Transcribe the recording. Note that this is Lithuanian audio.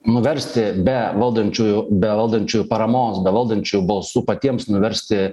nuversti be valdančiųjų be valdančiųjų paramos be valdančiųjų balsų patiems nuversti